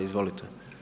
Izvolite.